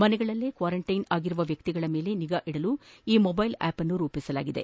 ಮನೆಗಳಲ್ಲೇ ಕ್ವಾರಂಟ್ಟೆನ್ ಆಗಿರುವ ವ್ಯಕ್ತಿಗಳ ಮೇಲೆ ನಿಗಾ ಇಡಲು ಈ ಮೊಬೈಲ್ ಆಪ್ಅನ್ನು ರೂಪಿಸಲಾಗಿದೆ